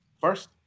first